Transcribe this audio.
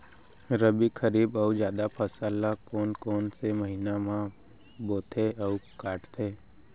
रबि, खरीफ अऊ जादा फसल ल कोन कोन से महीना म बोथे अऊ काटते?